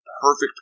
perfect